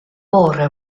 bore